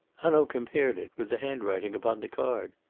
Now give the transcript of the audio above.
hanaud compared it with the handwriting upon the card.